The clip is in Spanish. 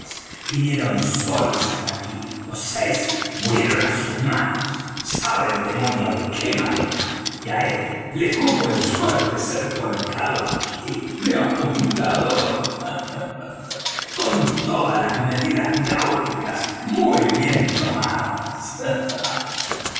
vinieron solos hasta aquí los seis murieron á sus manos sabe el demonio de qué manera y á este le cupo en suerte ser colocado aquí de apuntador con todas las medidas náuticas muy bien tomadas